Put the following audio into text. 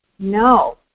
No